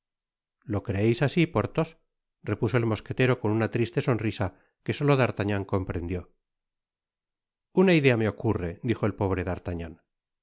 lo creeis asi porthos repuso el mosquetero con una triste sonrisa que solo d'artagnan comprendió una idea me ocurre dijo el pobre